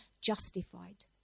justified